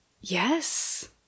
Yes